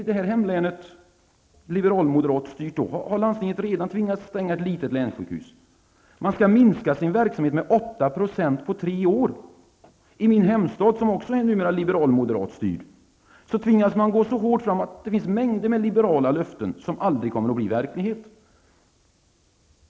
I mitt liberal-moderat styrda hemlän har landstinget redan tvingats stänga ett litet länssjukhus. Man skall minska sin verksamhet med 8 % på tre år. I min hemstad, som numera också är liberal-moderat styrd, tvingas man gå så hårt fram att det finns mängder av liberala löften som aldrig kommer att bli verklighet.